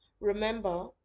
Remember